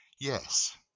Yes